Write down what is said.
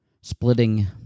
splitting